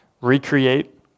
recreate